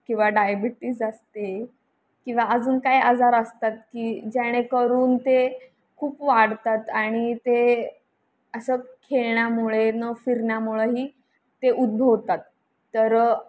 किंवा डायबिटीज असते किंवा अजून काय आजार असतात की जेणेकरून ते खूप वाढतात आणि ते असं खेळण्यामुळे नं फिरण्यामुळंही ते उद्भवतात तर